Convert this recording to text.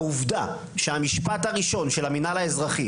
העובדה שהמשפט הראשון של המינהל האזרחי